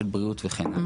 בריאות וכן הלאה,